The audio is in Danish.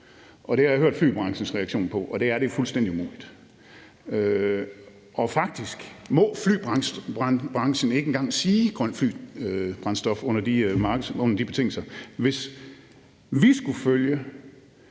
det har jeg hørt flybranchens reaktion på, og den er, at det er fuldstændig umuligt. Faktisk må flybranchen ikke engang sige udtrykket grønt flybrændstof under de eksisterende betingelser. Hvis vi skulle følge